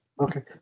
Okay